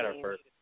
first